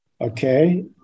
Okay